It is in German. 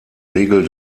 regel